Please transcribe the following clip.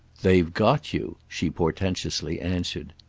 they've got you, she portentously answered.